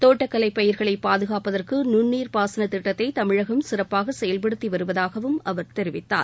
தோட்டக்கலைப் பயிர்களை பாதுகாப்பதற்கு நுண் நீர் பாசனத் திட்டத்தை தமிழகம் சிறப்பாக செயல்படுத்தி வருவதாகவும் அவர் தெரிவித்தார்